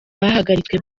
bahagaritswe